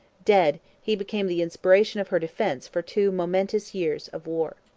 dead, he became the inspiration of her defence for two momentous years of war.